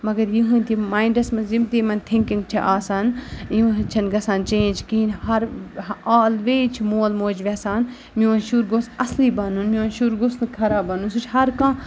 مگر یِہِنٛدۍ یِم ماینڈَس منٛز یِم تہِ یِمَن تھِنٛکِنٛگ چھِ آسان یِم حظ چھَنہٕ گژھان چینٛج کِہیٖنۍ ہر آلویز چھِ مول موج ٮ۪ژھان میون شُر گوٚژھ اَصلٕے بَنُن میون شُر گوٚژھ نہٕ خراب بَنُن سُہ چھِ ہرکانٛہہ